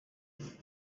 است